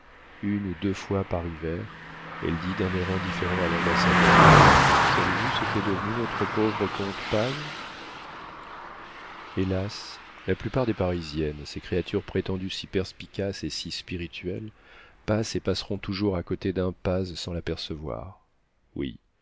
une ou deux fois par hiver elle dit d'un air indifférent à l'ambassadeur savez-vous ce qu'est devenu notre pauvre comte paz hélas la plupart des parisiennes ces créatures prétendues si perspicaces et si spirituelles passent et passeront toujours à côté d'un paz sans l'apercevoir oui